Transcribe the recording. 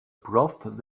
broth